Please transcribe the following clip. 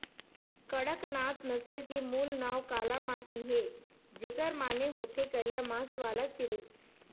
कड़कनाथ नसल के मूल नांव कालामासी हे, जेखर माने होथे करिया मांस वाला चिरई